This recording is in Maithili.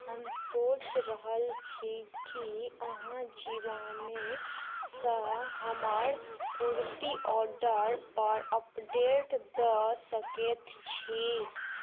हम सोचि रहल छी कि अहाँ जीवामेसे हमर कुरती ऑडरपर अपडेट दऽ सकैत छी